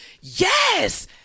yes